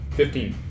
fifteen